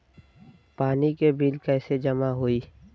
पानी के बिल कैसे जमा होयी?